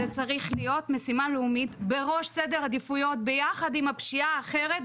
זה צריך להיות משימה לאומית בראש סדר העדיפויות ביחד עם הפשיעה האחרת,